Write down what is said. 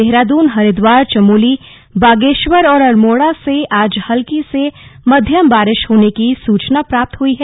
देहरादून हरिद्वार चमोली बागेश्वर और अल्मोड़ा से आज हल्की से मध्यम बारिश होने की सूचना प्राप्त हुई है